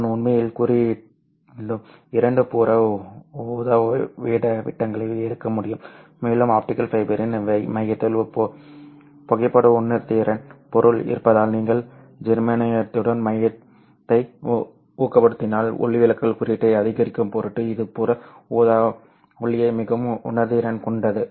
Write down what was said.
நான் உண்மையில் குறுக்கிடும் இரண்டு புற ஊதா விட்டங்களை எடுக்க முடியும் மேலும் ஆப்டிகல் ஃபைபரின் மையத்தில் புகைப்பட உணர்திறன் பொருள் இருப்பதால் நீங்கள் ஜெர்மானியத்துடன் மையத்தை ஊக்கப்படுத்தினால் ஒளிவிலகல் குறியீட்டை அதிகரிக்கும் பொருட்டு இது புற ஊதா ஒளியை மிகவும் உணர்திறன் கொண்டது